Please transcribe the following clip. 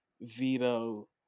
veto